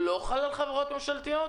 חבל שהוא לא מוגדר בחקיקה.